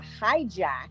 hijack